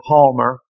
Palmer